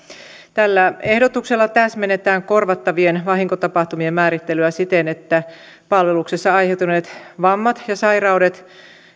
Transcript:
tällä ehdotuksella täsmennetään korvattavien vahinkotapahtumien määrittelyä siten että palveluksessa aiheutuneet vammat ja sairaudet